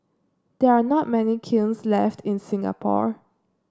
there are not many kilns left in Singapore